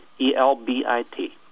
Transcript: E-L-B-I-T